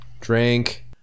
Drink